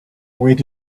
await